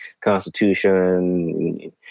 Constitution